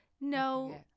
No